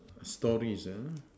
stories uh